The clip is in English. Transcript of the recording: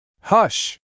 Hush